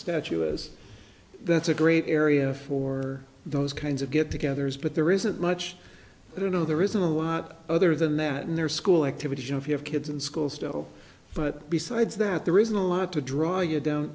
statue as that's a great area for those kinds of get togethers but there isn't much i don't know the reason why not other than that in their school activities you know if you have kids in school still but besides that there isn't a lot to draw you